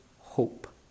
hope